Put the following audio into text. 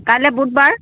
কাইলৈ বুধবাৰ